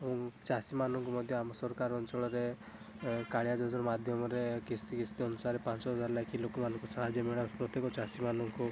ଆଉ ଚାଷୀମାନଙ୍କୁ ମଧ୍ୟ ଆମ ସରକାର ଅଞ୍ଚଳରେ ଏଁ କାଳିଆ ଯୋଜନା ମାଧ୍ୟମରେ କିସ୍ତି କିସ୍ତି ଅନୁସାରେ ପାଞ୍ଚହଜାର ଲେଖି ଲୋକମାନଙ୍କୁ ସାହାଯ୍ୟ ମିଳେ ପ୍ରତ୍ୟେକ ଚାଷୀମାନଙ୍କୁ